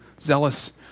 zealous